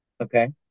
Okay